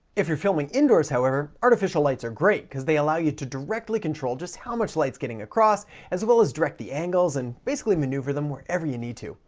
if you're filming indoors however, artificial lights are great because they allow you to directly control just how much light's getting across as well as direct the angles and basically maneuver them wherever you need to.